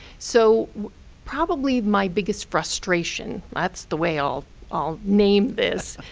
so probably my biggest frustration, that's the way i'll i'll name this,